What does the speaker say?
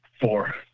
four